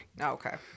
okay